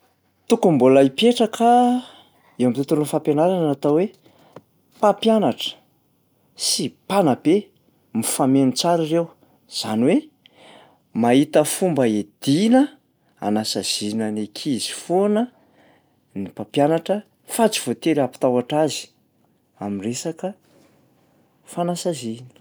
Tokony mbola hipetraka eo am'tontolon'ny fampianarana ny atao hoe mpampianatra sy mpanabe, mifameno tsara ireo, zany hoe mahita fomba hiadiana- hanasaziana ny ankizy foana ny mpampianatra fa tsy voatery hampitahotra azy am'resaka fanasaziana.